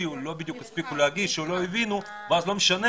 שהגיעו לא בדיוק הספיקו להגיש או לא הבינו ואז לא משנה,